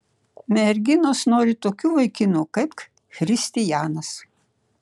merginos nori tokių vaikinų kaip christijanas